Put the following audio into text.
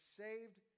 saved